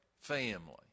family